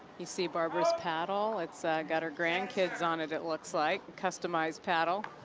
you see barbara's paddle? it's got her grandkids on it, it looks like. customized paddle.